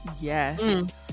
Yes